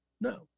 no